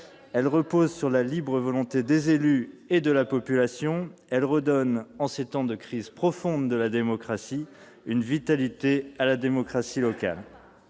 repose sur la libre volonté des élus et de la population et redonne, en ces temps de crise profonde de la démocratie, une vitalité à la démocratie locale.